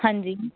हांजी